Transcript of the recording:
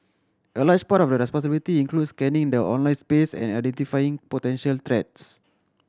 a large part of their responsibility includes scanning the online space and identifying potential threats